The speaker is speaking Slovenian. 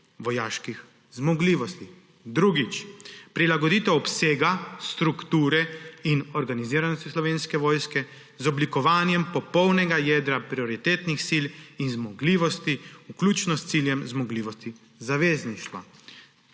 vojaških zmogljivosti. Drugič, prilagoditev obsega strukture in organiziranosti Slovenske vojske z oblikovanjem popolnega jedra prioritetnih sil in zmogljivosti, vključno s ciljem zmogljivosti zavezništva.